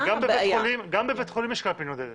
גם בבית חולים יש קלפי נודדת.